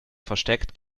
verstärkt